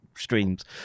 streams